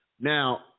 now